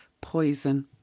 poison